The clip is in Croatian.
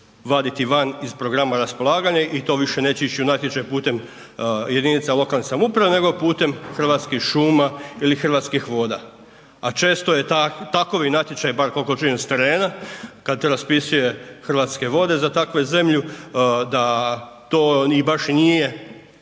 vaditi van iz programa raspolaganja i to više neće ići u natječaj putem jedinica lokalne samouprave nego putem Hrvatskih šuma ili Hrvatskih voda a često je takav natječaj bar koliko čujem s terena kad raspisuje Hrvatske vode za takvu zemlju, da to baš i nije